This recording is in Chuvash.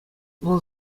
вӑл